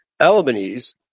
Albanese